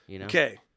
Okay